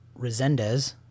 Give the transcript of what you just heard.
Resendez